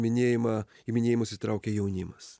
minėjimą į minėjimus įsitraukė jaunimas